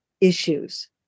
issues